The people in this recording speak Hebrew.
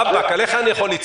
בבקשה.